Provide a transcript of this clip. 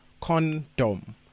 Condom